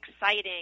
exciting